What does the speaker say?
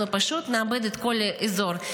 אנחנו פשוט נאבד את כל האזור.